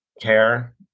care